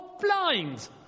blind